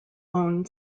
own